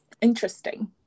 interesting